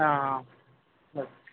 ಹಾಂ ಹಾಂ ಸರಿ